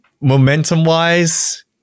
momentum-wise